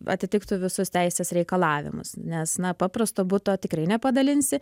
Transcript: atitiktų visus teisės reikalavimus nes na paprasto buto tikrai nepadalinsi